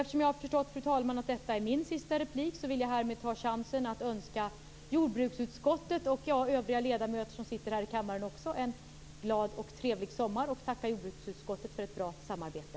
Eftersom jag har förstått att detta är min sista replik, vill jag härmed ta tillfället i akt att önska jordbruksutskottets ledamöter och de övriga ledamöterna här i kammaren en glad och trevlig sommar och tacka jordbruksutskottet för ett bra samarbete.